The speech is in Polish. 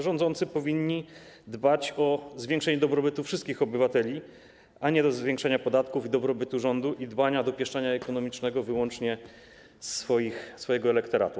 Rządzący powinni dbać o zwiększenie dobrobytu wszystkich obywateli, a nie o zwiększanie podatków i dobrobytu rządu i dbania, dopieszczania ekonomicznego wyłącznie swojego elektoratu.